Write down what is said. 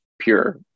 pure